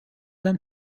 them